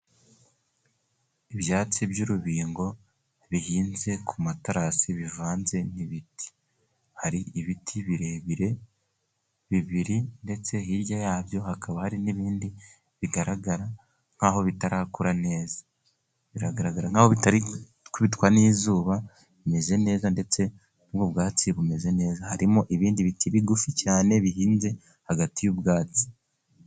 Ibyatsi by'urubingo bihinze ku matarasi bivanze n'ibiti, hari ibiti birebire bibiri, ndetse hirya yabyo hakaba hari n'ibindi bigaragara nk'aho bitarakura neza biragaragara nk'aho bitarakubitwa n'izuba. Bimeze neza ndetse nubwo bwatsi bumeze neza, harimo ibindi biti bigufi cyane bihinze hagati y'ubwatsi.